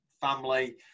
family